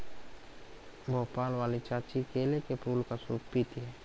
भोपाल वाली चाची केले के फूल का सूप पीती हैं